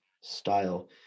style